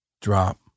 Drop